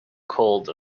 cold